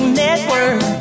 network